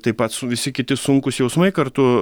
taip pat su visi kiti sunkūs jausmai kartu